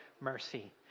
mercy